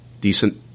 decent